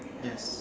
yes